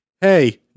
hey